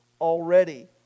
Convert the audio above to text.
already